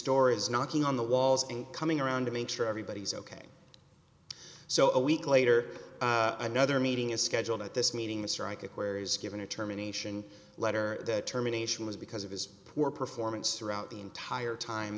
door is knocking on the walls and coming around to make sure everybody's ok so a week later another meeting is scheduled at this meeting the strike where is given a terminations letter terminations because of his poor performance throughout the entire time